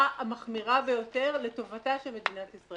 המחמירה ביותר לטובתה של מדינת ישראל.